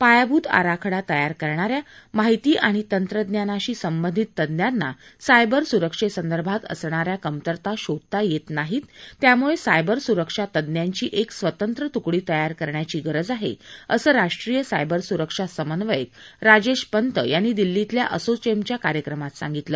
पायाभूत आराखडा तयार करणाऱ्या माहिती आणि तंत्रज्ञानाशी संबंधित तज्ज्ञांना सायबर सुरक्षेसंदर्भात असणाऱ्या कमतरता शोधता येत नाहीत त्यामुळे सायबर सुरक्षा तज्ञांची एक स्वतंत्र तुकडी तयार करण्याची गरज आहे असं राष्ट्रीय सायबर सुरक्षा समन्वयक राजेश पंत यांनी दिल्लीतल्या असोचेमच्या कार्यक्रमात सांगितलं